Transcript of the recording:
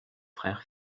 frère